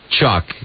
Chuck